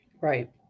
Right